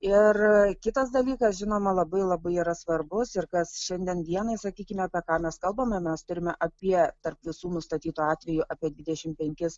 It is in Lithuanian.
ir kitas dalykas žinoma labai labai yra svarbus ir kas šiandien dienai sakykime apie ką mes kalbame mes turime apie tarp visų nustatytų atvejų apie dvidešim penkis